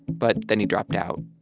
but then he dropped out.